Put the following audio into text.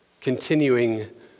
continuing